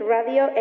Radio